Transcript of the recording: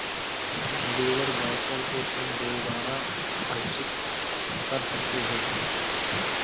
labour voucher को तुम दोबारा अर्जित कर सकते हो